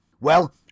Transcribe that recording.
Well